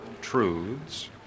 truths